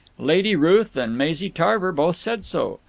lady ruth and maisie tarver both said so.